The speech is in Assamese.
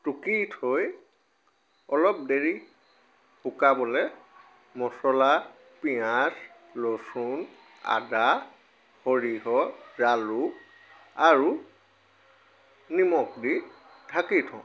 টুকি থৈ অলপ দেৰি শুকাবলৈ মছলা পিঁয়াজ ৰচুন আদা সৰিয়হ জালুক আৰু নিমখ দি ঢাকি থওঁ